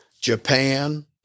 Japan